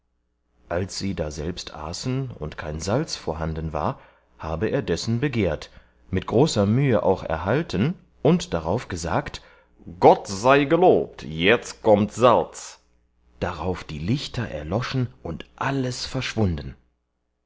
als sie daselbst aßen und kein salz vorhanden war habe er dessen begehrt mit großer mühe auch erhalten und darauf gesagt gott sei gelobt jetzt kommt salz darauf die liechter erloschen und alles verschwunden